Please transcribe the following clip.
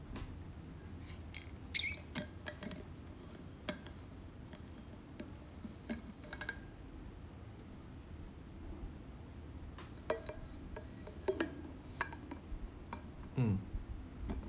mm